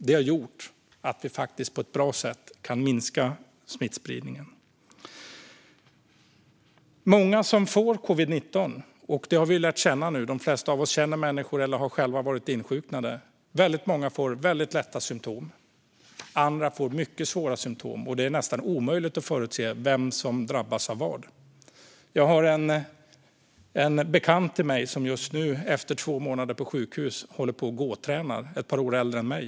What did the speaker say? Det har gjort att vi på ett bra sätt har kunnat och kan minska smittspridningen. De flesta av oss känner någon som har fått covid-19 eller har själva insjuknat. Många får väldigt lätta symtom. Andra får mycket svåra symtom. Det är nästan omöjligt att förutse vem som ska drabbas på vilket sätt. En bekant till mig, som är ett par år äldre, håller nu på och gåtränar efter två månader på sjukhus.